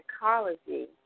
psychology